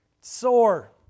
Sore